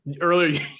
earlier